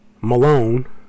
Malone